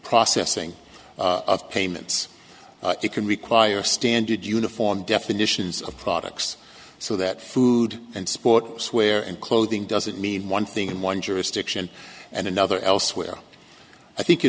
processing of payments it can require standard uniform definitions of products so that food and sportswear and clothing doesn't mean one thing in one jurisdiction and another elsewhere i think an